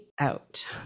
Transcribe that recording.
out